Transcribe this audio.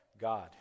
God